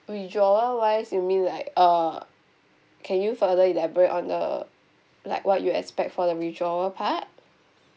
withdrawal wise you mean like uh can you further elaborate on the like what you expect for the withdrawal part